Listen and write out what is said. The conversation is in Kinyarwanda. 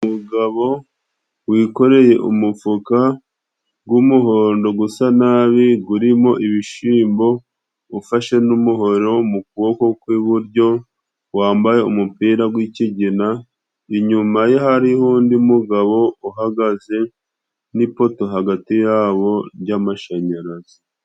Umugabo wikoreye umufuka gw'umuhondo gusa nabi gurimo ibishimbo, ufashe n'umuhoro mu kuboko kw'iburyo wambaye umupira gw'ikigina, inyuma ye hariho undi mugabo uhagaze nipoto hagati yabo ry'amashanyarazi.